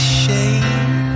shame